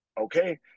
okay